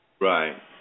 Right